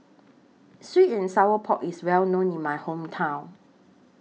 Sweet and Sour Pork IS Well known in My Hometown